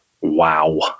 Wow